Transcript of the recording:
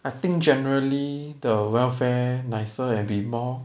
I think generally the welfare nicer and be more